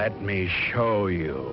let me show you